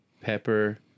pepper